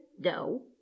No